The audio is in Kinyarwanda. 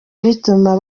bituma